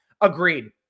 Agreed